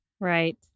Right